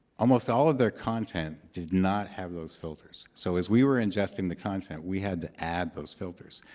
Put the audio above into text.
almost all of their content did not have those filters. so as we were ingesting the content, we had to add those filters.